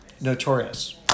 Notorious